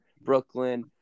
Brooklyn